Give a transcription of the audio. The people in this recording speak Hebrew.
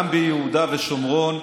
גם ביהודה ושומרון,